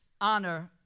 honor